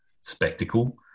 spectacle